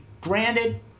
granted